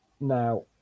now